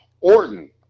Orton